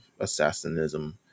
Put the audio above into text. assassinism